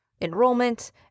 enrollment